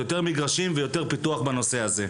יותר מגרשים ויותר פיתוח בנושא הזה.